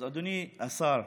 אדוני השר,